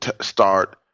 start